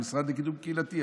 המשרד לקידום קהילתי,